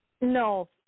No